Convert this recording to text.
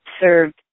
served